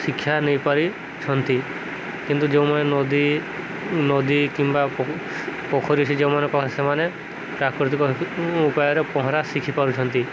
ଶିକ୍ଷା ନେଇପାରିଛନ୍ତି କିନ୍ତୁ ଯୋଉମାନେ ନଦୀ ନଦୀ କିମ୍ବା ପୋଖରୀ ସେ ଯେଉଁମାନେ ସେମାନେ ପ୍ରାକୃତିକ ଉପାୟରେ ପହଁରା ଶିଖି ପାରୁଛନ୍ତି